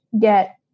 get